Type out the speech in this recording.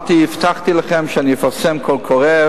הבטחתי לכם שאני אפרסם קול קורא,